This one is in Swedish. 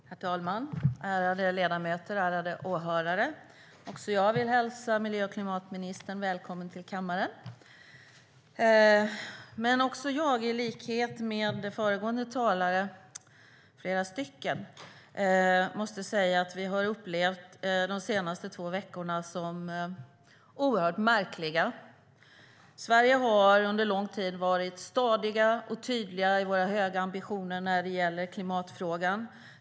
Herr talman, ärade ledamöter, ärade åhörare! Också jag vill hälsa klimat och miljöministern välkommen till kammaren. I likhet med föregående talare - flera av dem - måste jag säga att vi har upplevt de senaste två veckorna som oerhört märkliga. I Sverige har vi under lång tid varit stadiga och tydliga i våra höga ambitioner när det gäller klimatfrågan.